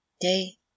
Day